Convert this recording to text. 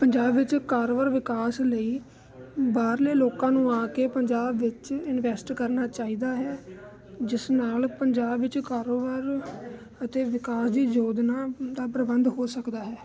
ਪੰਜਾਬ ਵਿੱਚ ਕਾਰੋਵਾਰ ਵਿਕਾਸ ਲਈ ਬਾਹਰਲੇ ਲੋਕਾਂ ਨੂੰ ਆ ਕੇ ਪੰਜਾਬ ਵਿੱਚ ਇਨਵੈਸਟ ਕਰਨਾ ਚਾਹੀਦਾ ਹੈ ਜਿਸ ਨਾਲ ਪੰਜਾਬ ਵਿੱਚ ਕਾਰੋਬਾਰ ਅਤੇ ਵਿਕਾਸ ਦੀ ਯੋਜਨਾ ਦਾ ਪ੍ਰਬੰਧ ਹੋ ਸਕਦਾ ਹੈ